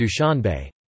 Dushanbe